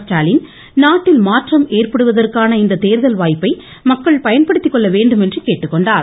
ஸ்டாலின் நாட்டில் மாற்றம் ஏற்படுவதற்கான இந்த தேர்தல் வாய்ப்பை மக்கள் பயன்படுத்திக் கொள்ள வேண்டும் என்று கூறினார்